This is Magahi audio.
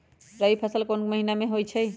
रबी फसल कोंन कोंन महिना में होइ छइ?